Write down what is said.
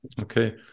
Okay